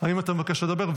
האם אתה מבקש לדבר?